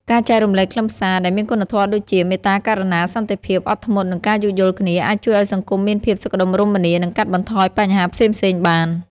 ការចែករំលែកខ្លឹមសារដែលមានគុណធម៌ដូចជា មេត្តា ករុណា សន្តិភាព អត់ធ្មត់ និងការយោគយល់គ្នា អាចជួយឱ្យសង្គមមានភាពសុខដុមរមនា និងកាត់បន្ថយបញ្ហាផ្សេងៗបាន។